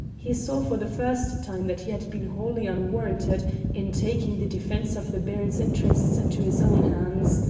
he saw for the first time that he had been wholly unwarranted in taking the defence of the baron's interests into his own hands.